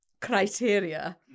Criteria